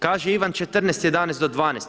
Kaže Ivan 14.11. do 12.